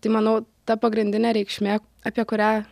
tai manau ta pagrindinė reikšmė apie kurią